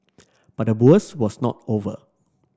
but the worst was not over